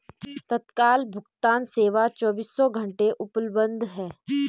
तत्काल भुगतान सेवा चोबीसों घंटे उपलब्ध है